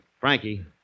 Frankie